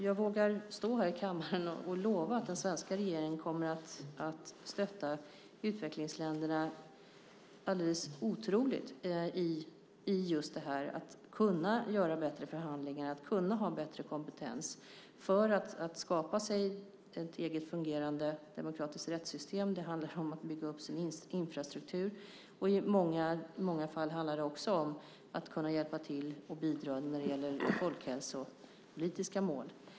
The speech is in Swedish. Jag vågar stå här i kammaren och lova att den svenska regeringen kommer att stötta utvecklingsländerna alldeles otroligt just när det gäller att de ska kunna göra bättre förhandlingar och ha bättre kompetens för att skapa sig ett eget fungerande demokratiskt rättssystem. Det handlar om att bygga upp sin infrastruktur. I många fall handlar det också om att kunna hjälpa till och bidra när det gäller folkhälsopolitiska mål.